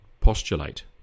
postulate